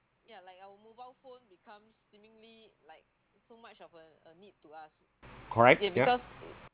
correct yeah